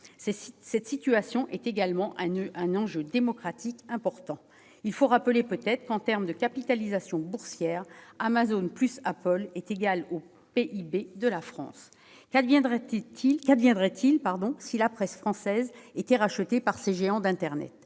Cette situation constitue également un enjeu démocratique important. Il faut peut-être rappeler que, en termes de capitalisation boursière, Amazon plus Apple égale le PIB de la France. Qu'adviendrait-il si la presse française était rachetée par ces géants de l'internet ?